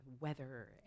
weather